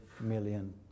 million